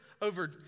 over